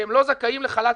שהם לא זכאים לדמי אבטלה,